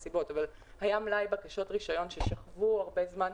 כי היה מלאי בקשות רישיון ששכבו הרבה זמן,